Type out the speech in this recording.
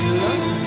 love